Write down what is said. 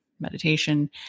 meditation